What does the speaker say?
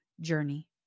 journey